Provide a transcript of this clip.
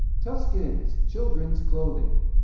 toughskins children's clothing